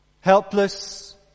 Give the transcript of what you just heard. Helpless